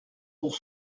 pour